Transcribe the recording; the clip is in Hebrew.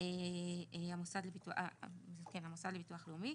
המוסד לביטוח לאומי.